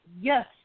Yes